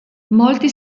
molti